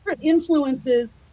influences